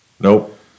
Nope